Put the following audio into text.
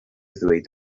ddweud